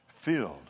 Filled